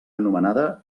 anomenada